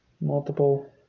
Multiple